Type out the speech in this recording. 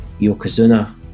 Yokozuna